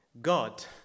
God